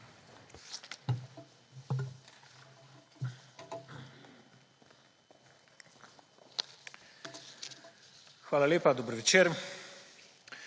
Hvala lepa, dober večer.